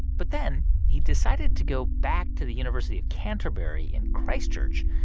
but then he decided to go back to the university of canterbury in christchurch,